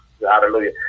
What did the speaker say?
Hallelujah